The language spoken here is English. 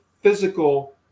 physical